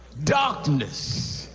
darkness.